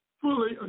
fully